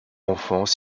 enfants